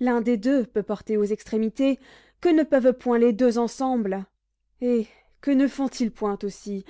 l'un des deux peut porter aux extrémités que ne peuvent point les deux ensemble eh que ne font-ils point aussi